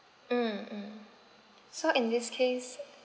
mm mm so in this case